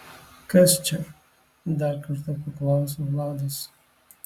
kas čia dar kartą paklausia vladas